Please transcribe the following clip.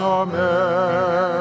amen